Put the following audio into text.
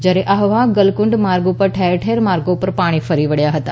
જ્યારે આહવા ગલકુંડ માર્ગ ઉપર ઠેર ઠેર માર્ગો ઉપર પાણી ફરી વળ્યાં હતા